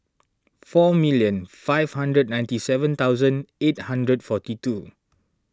four million five hundred ninety seven thousand eight hundred forty two